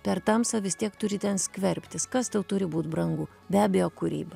per tamsą vis tiek turi ten skverbtis kas tau turi būt brangu be abejo kūryba